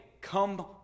come